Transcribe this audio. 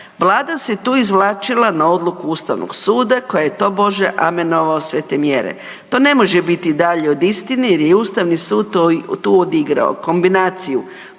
Vlada se tu izvlačila na odluku Ustavnog suda koji je tobože amenovao sve te mjere. To ne može biti dalje od istine jer Ustavni sud tu odigrao kombinaciju